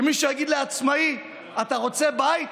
שמישהו יגיד לעצמאי: אתה רוצה בית?